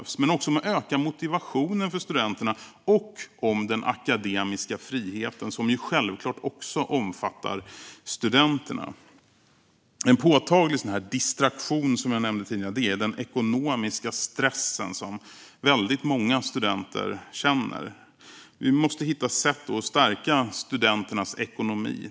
Men det handlar också om att öka motivationen hos studenterna och om den akademiska friheten, som ju självklart också omfattar studenterna. En påtaglig distraktion som jag nämnde tidigare är den ekonomiska stress som väldigt många studenter känner. Vi måste hitta sätt att stärka studenternas ekonomi.